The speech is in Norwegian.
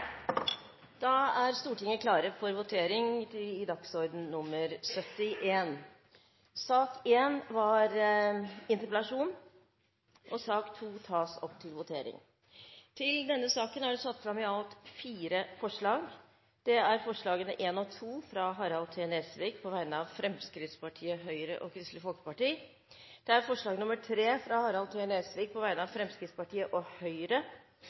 Da er Stortinget klar til å gå votering. Under debatten er det satt fram i alt fire forslag. Det er forslagene nr. 1 og 2, fra Harald T. Nesvik på vegne av Fremskrittspartiet, Høyre og Kristelig Folkeparti forslag nr. 3, fra Harald T. Nesvik på vegne av Fremskrittspartiet og Høyre